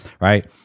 right